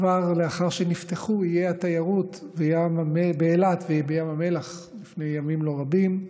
כבר לאחר שנפתחו איי התיירות באילת ובים המלח לפני ימים לא רבים,